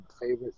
favorite